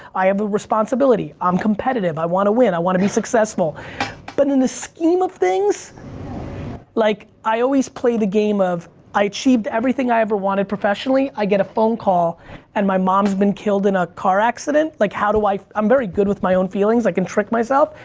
i have a responsibility, i'm competitive, i want to win, i want to be successful but in the scheme of things like i always play the game of i achieved everything i ever wanted professionally, i get a phone call and my mom's been killed in a car accident, like how do i, i'm very good with my own feelings, i can trick myself,